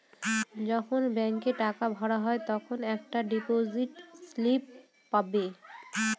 যখন ব্যাঙ্কে টাকা ভরা হয় তখন একটা ডিপোজিট স্লিপ পাবে